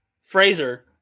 Fraser